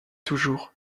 toujours